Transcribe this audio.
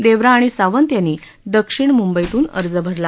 देवरा आणि सावंत यांनी दक्षिण मुंबईतून अर्ज भरला